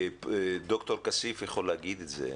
ד"ר כסיף יכול להגיד את זה,